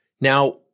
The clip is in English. Now